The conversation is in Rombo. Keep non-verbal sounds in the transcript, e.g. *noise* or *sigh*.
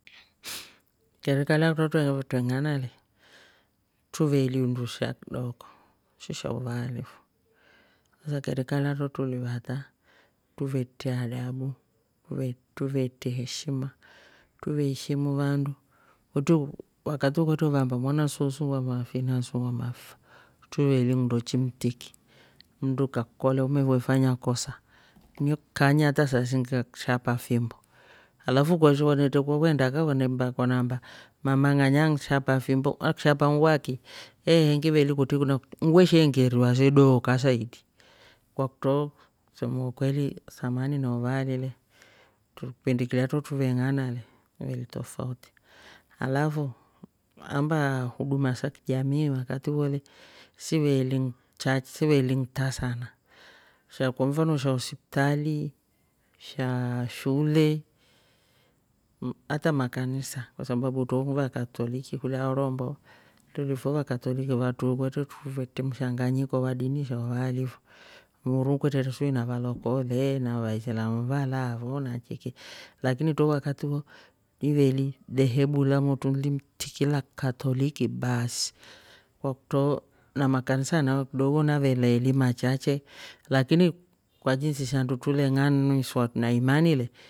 *noise* kerika la twre utrania na le truveeli undusha kidooko shi sha uvaali fo sa kerika alaya tro tulivata truvetre adabu truve- truvetre heshima truve eshimu vandu kut- wakativo kwetre uvaamba mwana soosu ni wa mafi naasu wamafi truveeli nndo chimtiki mndu kakukolya uwe fanya kosa nekukanya hata saa siingi kashapa fimbo alafu kwaishwa wanetrekukwa kwenda kaa ukaneamba- kwaneamba mama ng'anya anshapa fimbo akshapa nwaki ehe ngiveeli kutri na kutri weshe engeriwa se dooka saidi, kwakutro sema ukweli samani na uvaali le kipindi kilya trutruveng'ana le iveli trofautri alafu ambaa huduma sakijamii wakati wo le siveeli nchache- siveeli nta sana sha kwa mfano sha usiptali, sha shule hata makanisa kwasababu tro ni vakatoliki kulya horombo trulifo vakatoliki vatruuhu kwetre truvetre mshanganyiko wa dini sha uvaali fo. uruhuu kwetre fo na valokole na vaisilamu valaafo na chiki lakin tro wakati wo iveeli dhehebu lamotru limtiki la kikatoliki baasi kwakutro namakanisa nayo kidogo naveleeli machache lakini kwajinsi shandu tuleng'aniswa na imani le